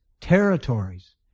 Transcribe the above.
territories